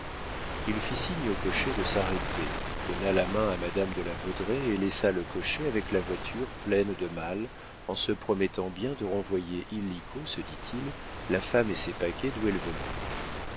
il fit signe au cocher de s'arrêter donna la main à madame de la baudraye et laissa le cocher avec la voiture pleine de malles en se promettant bien de renvoyer illico se dit-il la femme et ses paquets d'où elle venait